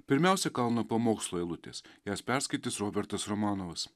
pirmiausia kalno pamokslo eilutės jas perskaitys robertas romanovas